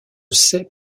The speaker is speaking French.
sais